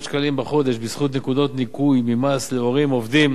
שקלים בחודש בזכות נקודות ניכוי ממס להורים עובדים